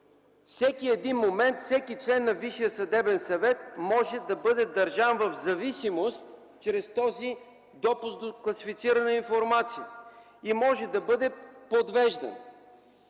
всеки един момент всеки член на Висшия съдебен съвет може да бъде държан в зависимост чрез този допуск за класифицирана информация. И може да бъде подвеждан.